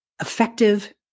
effective